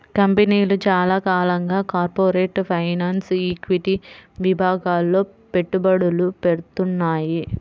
కంపెనీలు చాలా కాలంగా కార్పొరేట్ ఫైనాన్స్, ఈక్విటీ విభాగాల్లో పెట్టుబడులు పెడ్తున్నాయి